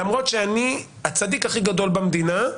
למרות שאני הצדיק הכי גדול במדינה,